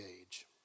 age